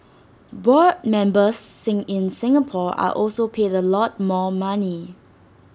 board members in Singapore are also paid A lot more money